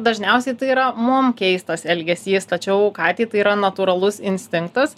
dažniausiai tai yra mum keistas elgesys tačiau katei tai yra natūralus instinktas